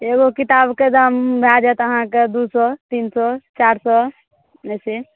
एगो किताबके दाम भए जायत अहाँके दू सए तीन सए चारि सए ऐसे